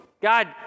God